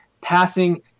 passing